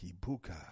Kibuka